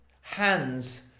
hands